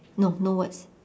no no words